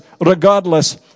regardless